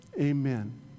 amen